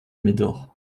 médor